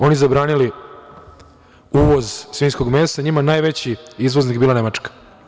Oni zabranili uvoz svinjskog mesa, njima najveći izvoznik je bila Nemačka.